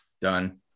Done